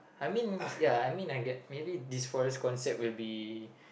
I mean ya I mean I get maybe this forest concert will be